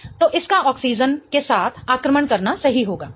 तो इसका ऑक्सीजन के साथ आक्रमण करना सही होगा